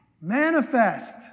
Manifest